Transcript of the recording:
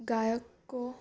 ગાયકો